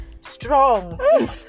strong